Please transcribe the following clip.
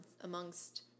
amongst